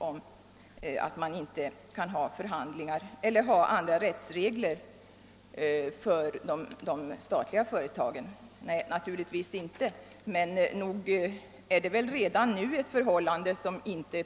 Vidare sade herr Lindholm att vi inte kan ha andra rättsregler för de statliga företagen än för de enskilda. Nej, naturligtvis inte.